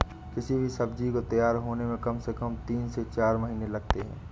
किसी भी सब्जी को तैयार होने में कम से कम तीन से चार महीने लगते हैं